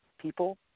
people